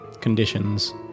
conditions